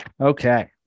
Okay